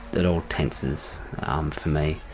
it all tenses for me.